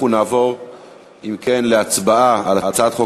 אנחנו נעבור אם כן להצבעה על הצעת חוק